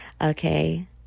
okay